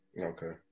okay